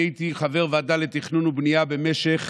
אני הייתי חבר בוועדה לתכנון ובנייה במשך